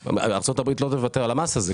ארצות הברית לא תוותר על המס הזה.